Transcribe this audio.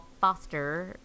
Foster